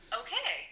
okay